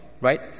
right